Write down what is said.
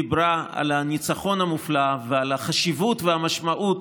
דיברו על הניצחון המופלא ועל החשיבות והמשמעות